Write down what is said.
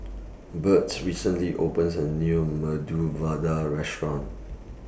Byrd recently opened A New Medu Vada Restaurant